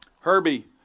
Herbie